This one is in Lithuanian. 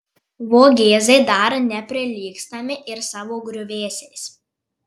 vogėzai dar neprilygstami ir savo griuvėsiais